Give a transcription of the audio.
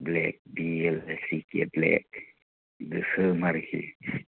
black बिएलएसिके black गोसोम आरोखि